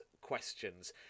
questions